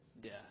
death